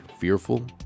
fearful